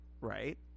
Right